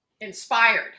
inspired